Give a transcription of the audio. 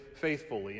faithfully